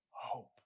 hope